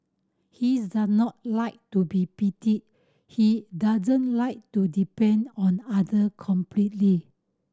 he is does not like to be pitied he doesn't like to depend on other completely